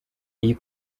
iyi